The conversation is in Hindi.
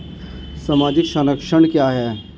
सामाजिक संरक्षण क्या है?